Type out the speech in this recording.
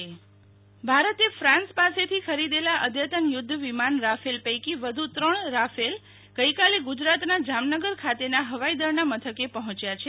શીતલ વૈશ્નવ ભારતે ફ્રાંસ પાસેથી ખરીદેલા અદ્યતન યુધ્ધવિમાન રાફેલ પૈકી વધુ ત્રણ રાફેલ ગઈકાલે ગુજરાતના જામનગર ખાતેના હવાઈદળના મથકે પહોંચ્યા છે